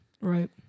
Right